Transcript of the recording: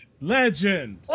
Legend